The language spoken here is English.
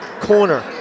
Corner